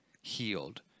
healed